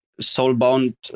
soul-bound